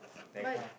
but